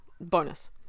bonus